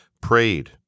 prayed